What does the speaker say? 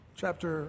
chapter